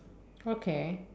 okay